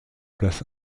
place